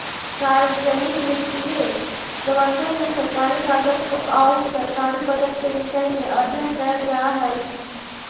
सार्वजनिक वित्तीय प्रबंधन में सरकारी राजस्व आउ सरकारी बजट के विषय में अध्ययन कैल जा हइ